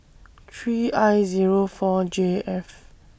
three I Zero four J F